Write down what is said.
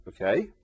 Okay